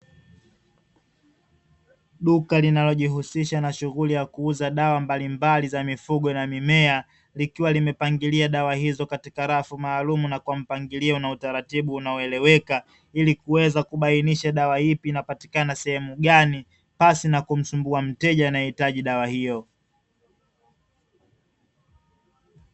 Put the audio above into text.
Duka linalojihusisha na shughuli ya kuuza dawa mbalimbali za mifugo na mimea likiwa limepangilia dawa hizo katika rafu maalumu na kwa mpangilio na utaratibu unaoeleweka, ili kuweza kubainisha dawa ipi inapatikana sehemu gani pasi na kumsumbua mteja anayehitaji dawa hiyo.